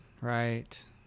Right